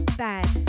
bad